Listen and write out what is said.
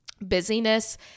busyness